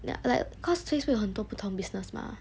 ya like cause facebook 有很多不同 business mah